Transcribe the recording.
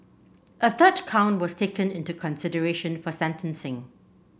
a third count was taken into consideration for sentencing